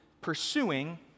pursuing